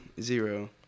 zero